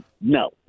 No